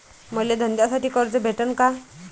मले धंद्यासाठी कर्ज भेटन का?